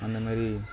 அந்தமாரி